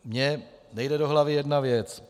Mně nejde do hlavy jedna věc.